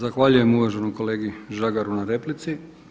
Zahvaljujem uvaženom kolegi Žagaru na replici.